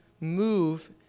move